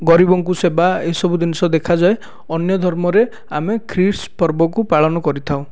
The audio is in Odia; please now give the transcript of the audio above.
ଗରିବଙ୍କୁ ସେବା ଏଇ ସବୁ ଜିନିଷ ଦେଖାଯାଏ ଅନ୍ୟ ଧର୍ମରେ ଆମେ ଖ୍ରୀଷ୍ଟ ପର୍ବକୁ ପାଳନ କରିଥାଉ